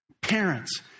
Parents